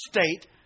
state